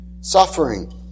suffering